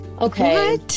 okay